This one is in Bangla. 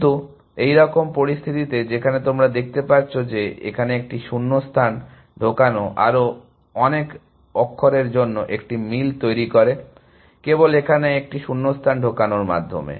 কিন্তু এইরকম পরিস্থিতিতে যেখানে তোমরা দেখতে পাচ্ছ যে এখানে একটি শূন্যস্থান ঢোকানো আরও অনেক অক্ষরের জন্য একটি মিল তৈরি করে কেবল এখানে একটি শূন্যস্থান ঢোকানোর মাধ্যমে